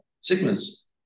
segments